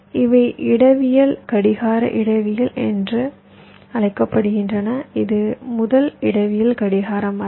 இவை இடவியல் கடிகார இடவியல் என அழைக்கப்படுகின்றன இது முதல் இடவியல் கடிகார மரம்